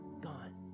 gone